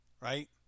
right